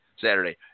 Saturday